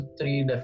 three